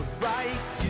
right